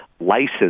license